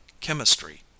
chemistry